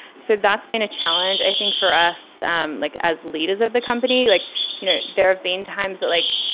so that's been a challenge i think for us um like as leaders of the company like you know there have been times that like.